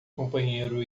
companheiro